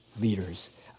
leaders